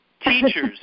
Teachers